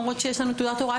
מורות שיש להן תעודת הוראה,